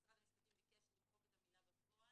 משרד המשפטים ביקש למחוק את המילה "בפועל".